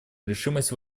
решимости